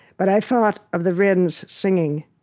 but i thought, of the wren's singing,